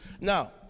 Now